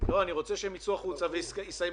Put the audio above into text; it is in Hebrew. אני רוצה לפתוח לשאלות של חברי הכנסת לפי הסדר שהם נרשמו.